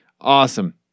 Awesome